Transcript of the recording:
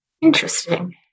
Interesting